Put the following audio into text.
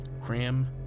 Cram